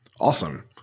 Awesome